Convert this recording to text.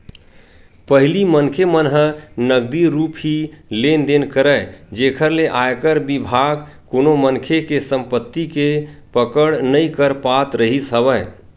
पहिली मनखे मन ह नगदी रुप ही लेन देन करय जेखर ले आयकर बिभाग कोनो मनखे के संपति के पकड़ नइ कर पात रिहिस हवय